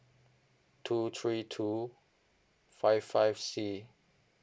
two three two five five C